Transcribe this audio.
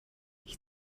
ich